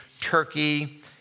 Turkey